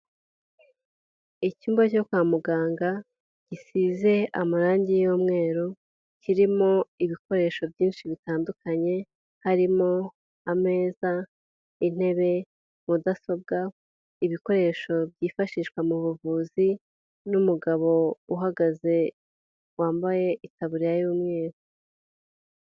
Icyumba cyo kwa muganga gisize amarangi y'umweru, kirimo ibikoresho byinshi bitandukanye harimo ameza, intebe, mudasobwa, ibikoresho byifashishwa mu buvuzi n'umugabo uhagaze wambaye itaburiya y'umweru.